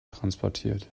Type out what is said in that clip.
transportiert